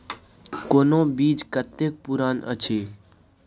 कोनो बीज कतेक पुरान अछि?